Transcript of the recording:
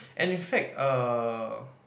and in fact uh